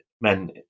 men